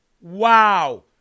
wow